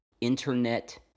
internet